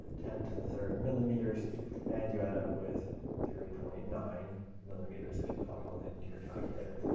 ten to the third millimeters and you end up with three point nine millimeters if you plug all that into your calculator.